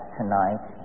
tonight